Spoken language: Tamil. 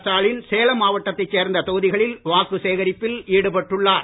ஸ்டாலின் சேலம் மாவட்டத்தை சேர்ந்த தொகுதிகளில் வாக்கு சேகரிப்பில் ஈடுபட்டுள்ளார்